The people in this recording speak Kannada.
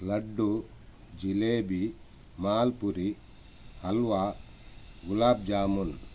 ಲಡ್ಡು ಜಿಲೇಬಿ ಮಾಲ್ಪುರಿ ಹಲ್ವಾ ಗುಲಾಬ್ ಜಾಮೂನು